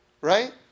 Right